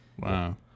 Wow